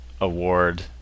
award